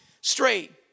straight